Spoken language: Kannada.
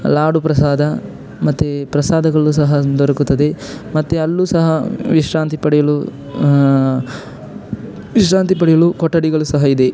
ಲಾಡು ಪ್ರಸಾದ ಮತ್ತು ಪ್ರಸಾದಗಳು ಸಹ ದೊರಕುತ್ತದೆ ಮತ್ತು ಅಲ್ಲಿಯೂ ಸಹ ವಿಶ್ರಾಂತಿ ಪಡೆಯಲು ವಿಶ್ರಾಂತಿ ಪಡೆಯಲು ಕೊಠಡಿಗಳು ಸಹ ಇದೆ